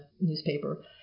newspaper